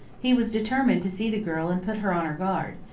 he was determined to see the girl and put her on her guard,